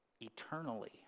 eternally